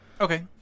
Okay